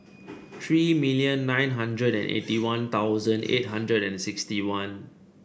three million nine hundred and eighty One Thousand eight hundred and sixty one